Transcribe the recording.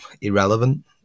irrelevant